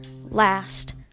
last